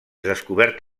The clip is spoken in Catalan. descobert